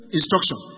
instruction